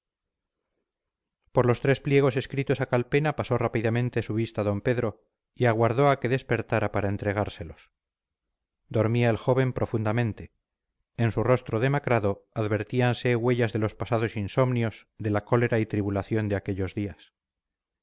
por los tres pliegos escritos a calpena pasó rápidamente su vista d pedro y aguardó a que despertara para entregárselos dormía el joven profundamente en su rostro demacrado advertíanse huellas de los pasados insomnios de la cólera y tribulación de aquellos días